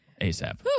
ASAP